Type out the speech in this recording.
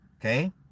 Okay